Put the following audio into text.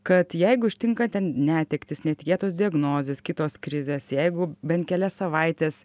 kad jeigu ištinka ten netektys netikėtos diagnozės kitos krizės jeigu bent kelias savaites